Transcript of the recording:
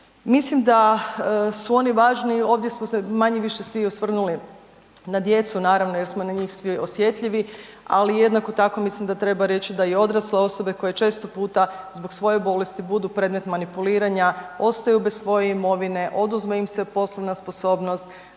Mislim da su oni važni, ovdje smo se manje-više svi osvrnuli na djecu naravno jer smo na njih svi osjetljivi, ali jednako tako mislim da treba reći da i odrasle osobe koje često puta zbog svoje bolesti budu predmet manipuliranja ostaju bez svoje imovine, oduzme im se poslovna sposobnost,